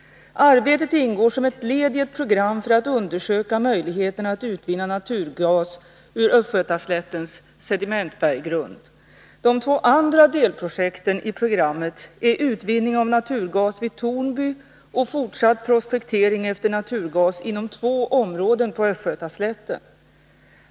Arbetet ingår som ett led i ett program för att undersöka möjligheterna att utvinna naturgas ur öÖstgötaslättens sedimentberggrund. De två andra delprojekten i programmet är utvinning av naturgas vid Tornby och fortsatt prospektering efter naturgas inom två områden på östgötaslätten.